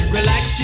Relax